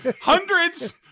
hundreds